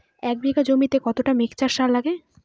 এক বিঘা জমিতে কতটা মিক্সচার সার লাগে?